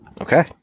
okay